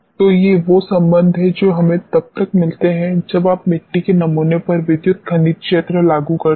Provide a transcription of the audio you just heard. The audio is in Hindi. तो ये वो संबंध हैं जो हमें तब मिलते हैं जब आप मिट्टी के नमूने पर विद्युत खनिज क्षेत्र लागू करते हैं